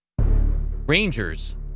Rangers